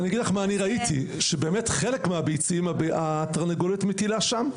אני ראיתי שחלק מהביצים התרנגולת מטילה שם,